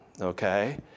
okay